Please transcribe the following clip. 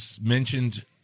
mentioned